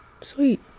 sweet